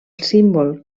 símbol